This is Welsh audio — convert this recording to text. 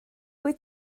wyt